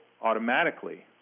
automatically